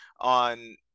On